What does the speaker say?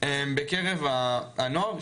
בקרב הנוער,